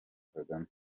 kagame